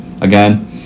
again